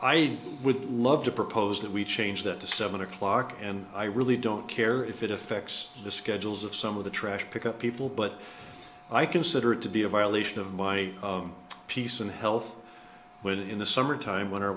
i would love to propose that we change that to seven o'clock and i really don't care if it affects the schedules of some of the trash pickup people but i consider it to be a violation of my of peace and health when in the summer time when our